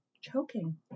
choking